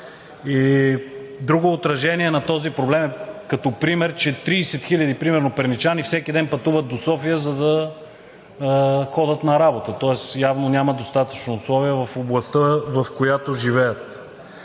Друго отражение на този проблем е, като пример, че 30 хиляди перничани примерно всеки ден пътуват до София, за да ходят на работа, тоест явно нямат достатъчно условия в областта, в която живеят.